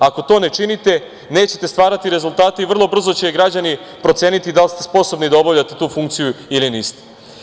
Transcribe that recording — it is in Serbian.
Ako to ne činite nećete stvarati rezultate i vrlo brzo će građani proceniti da li ste sposobni da obavljate tu funkciju ili niste.